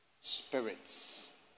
spirits